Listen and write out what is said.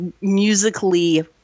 musically